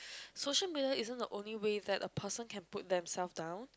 social media isn't the only way that a person can put themselves down